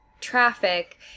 traffic